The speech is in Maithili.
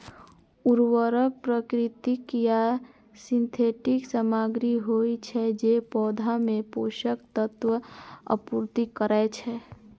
उर्वरक प्राकृतिक या सिंथेटिक सामग्री होइ छै, जे पौधा मे पोषक तत्वक आपूर्ति करै छै